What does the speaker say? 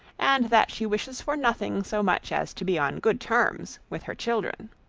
and that she wishes for nothing so much as to be on good terms with her children.